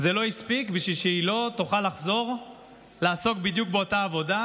זה לא הספיק בשביל שהיא לא תוכל לחזור לעסוק בדיוק באותה עבודה,